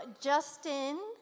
Justin